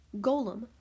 Golem